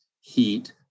heat